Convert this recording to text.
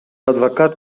адвокат